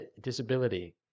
disability